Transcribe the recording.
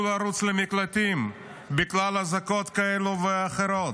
לרוץ למקלטים בגלל אזעקות כאלו ואחרות.